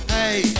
Hey